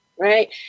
Right